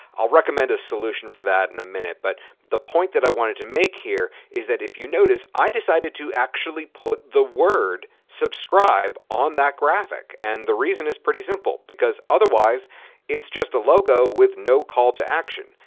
i'll recommend a solution for that in a minute. but the point that i wanted to make here is that if you notice i decided to actually put the word subscribe on that graphic. and the reason is pretty simple because otherwise it's just a logo with no call to action.